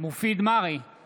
מופיד מרעי, בעד